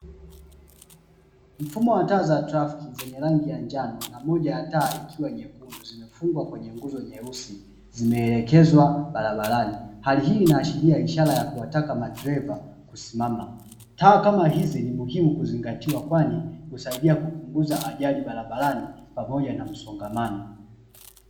Mfumo wa taa za trafiki zenye rangi ya nyano na moja ya taa ikiwa nyekundu zimefungwa kwenye nguzo nyeusi, zimeelekezwa barabarani, hali hii inaashiria ishara ya kuwataka madereva kusimama. Taa kama hizi ni muhimu kuzingatiwa kwani husaidia kupungaza ajali barabarani pamoja na msongamano.